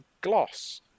gloss